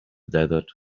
desert